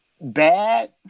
bad